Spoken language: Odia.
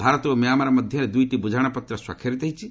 ଭାରତ ଓ ମ୍ୟାମାର୍ ମଧ୍ୟରେ ଦୁଇଟି ବୁଝାମଣାପତ୍ର ସ୍ୱାକ୍ଷରିତ ହୋଇଛି